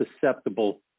susceptible